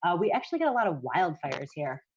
ah we actually get a lot of wildfires here.